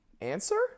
Answer